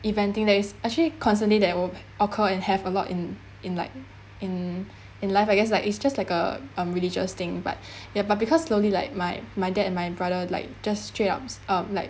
event thing that is actually constantly that would occur and have a lot in in like in in life I guess like it's just like a um religious thing but ya but because slowly like my my dad and my brother like just straight up like